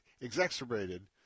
exacerbated